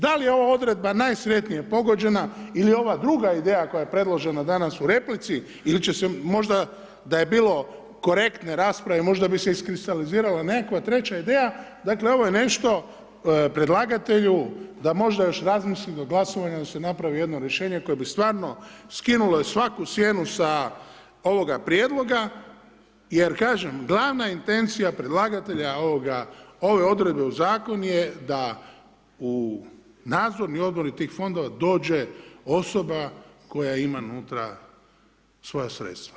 Da li je ovo odredba najsretnije pogođena ili je ova druga ideja koja predložena danas u replici ili će se možda da je bilo korektne rasprave, možda bi se iskristalizirala nekakva treća ideja, dakle ovo je nešto predlagatelju da možda još razmisli do glasovanja, da se napravi jedno rješenje koje bi stvarno skinulo svaku sjenu sa ovoga prijedloga jer kažem, glavna intencija predlagatelja ove odredbe u zakonu je da u nadzorni odbor tih fondova dođe osoba koja ima unutra svoja sredstva.